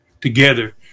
together